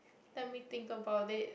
let me think about it